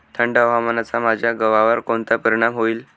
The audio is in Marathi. थंड हवामानाचा माझ्या गव्हावर कोणता परिणाम होईल?